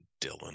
Dylan